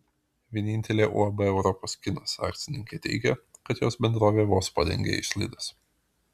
vienintelė uab europos kinas akcininkė teigia kad jos bendrovė vos padengia išlaidas